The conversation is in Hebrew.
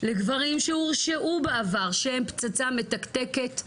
לגברים שהורשעו בעבר שהם פצצה מתקתקת,